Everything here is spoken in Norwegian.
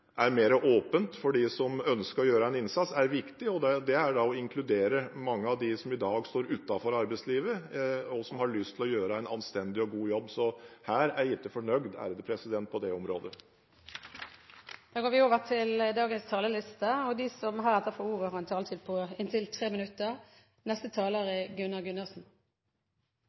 ønsker å gjøre en innsats, er viktig, og da å inkludere mange av dem som i dag står utenfor arbeidslivet, og som har lyst til å gjøre en anstendig og god jobb. Jeg er ikke fornøyd på det området. Replikkordskiftet er omme. De talere som heretter får ordet, har en taletid på inntil 3 minutter. Det er selvfølgelig mye vi skal ta vare på og videreutvikle i Norge – i et land som plasserer seg på toppen av verden, selvfølgelig er